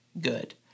good